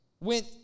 went